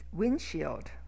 windshield